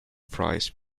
fries